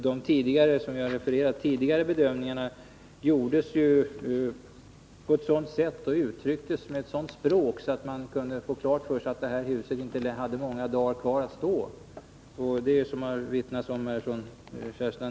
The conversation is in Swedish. De tidigare bedömningarna, som jag har refererat, gjordes ju på ett sådant sätt och uttrycktes med ett sådant språk att man kunde få för sig att detta hus inte hade många dagar kvar att stå. Så är inte fallet, vilket även har omvittnats av Kerstin Anér.